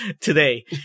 today